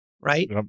right